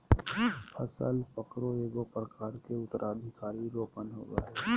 फसल पकरो एगो प्रकार के उत्तराधिकार रोपण होबय हइ